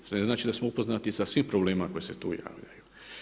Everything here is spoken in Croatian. Što ne znači da smo upoznati sa svim problemima koji se tu javljaju.